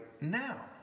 now